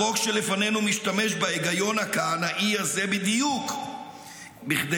החוק שלפנינו משתמש בהיגיון הכהנאי הזה בדיוק כדי